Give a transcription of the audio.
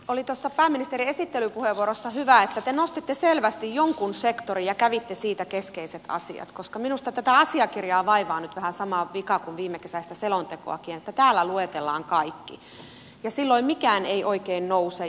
oli tuossa pääministerin esittelypuheenvuorossa hyvä että te nostitte selvästi jonkun sektorin ja kävitte siitä keskeiset asiat koska minusta tätä asiakirjaa vaivaa nyt vähän sama vika kuin viimekesäistä selontekoakin se että täällä luetellaan kaikki ja silloin mikään ei oikein nouse